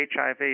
HIV